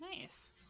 Nice